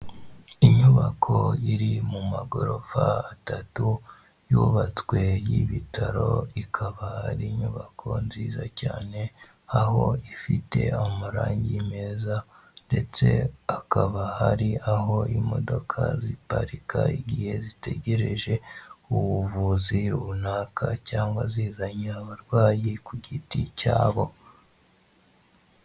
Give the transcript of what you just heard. Inyubako iri mu magorofa atatu yubatswe y'ibitaro, ikaba ari inyubako nziza cyane. Aho ifite amarangi meza ndetse hakaba hari aho imodoka zitarika igihe zitegereje ubuvuzi runaka cyangwa zizanye abarwayi ku giti cyabo.